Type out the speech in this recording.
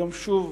היום שוב